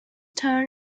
turn